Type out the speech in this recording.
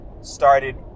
started